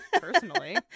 personally